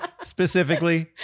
specifically